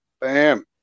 Bam